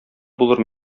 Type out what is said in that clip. булыр